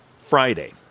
Friday